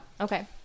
okay